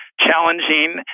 challenging